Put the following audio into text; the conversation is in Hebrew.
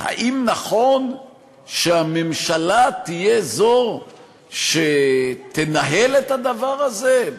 האם נכון שהממשלה תהיה זו שתנהל את הדבר הזה?